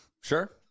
Sure